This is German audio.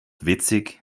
witzig